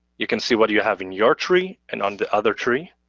you can see what you have in your tree and on the other tree.